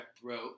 throat